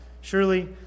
Surely